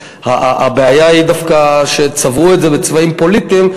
הבעיה היא דווקא שצבעו את זה בצבעים פוליטיים.